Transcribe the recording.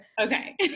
okay